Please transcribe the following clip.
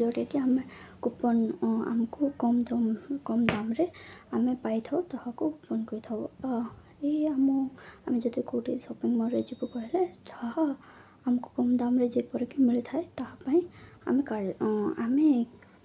ଯୋଉଟା କିି ଆମେ କୁପନ୍ ଆମକୁ କମ୍ କମ୍ ଦାମ୍ରେ ଆମେ ପାଇଥାଉ ତାହାକୁ କୁପନ୍ କରିଥାଉ ଏଇ ଆମ ଆମେ ଯଦି କେଉଁଠି ସପିଂ ମଲ୍ରେ ଯିବୁ କିଲଲେ ତାହା ଆମକୁ କମ୍ ଦାମରେ ଯେପରିକି ମିଳିଥାଏ ତାହା ପାଇଁ ଆମେ କା ଆମେ